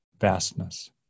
vastness